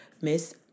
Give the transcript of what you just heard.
miss